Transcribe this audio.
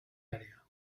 área